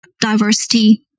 diversity